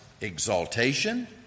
exaltation